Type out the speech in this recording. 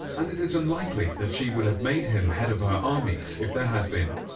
and it is unlikely that she would have made him head of her armies if there had been.